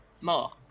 More